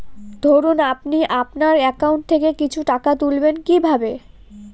ধরুন আপনি আপনার একাউন্ট থেকে কিছু টাকা তুলবেন কিভাবে?